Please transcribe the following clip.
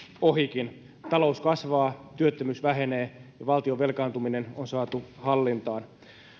ohikin talous kasvaa työttömyys vähenee ja valtion velkaantuminen on saatu hallintaan